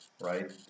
right